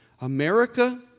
America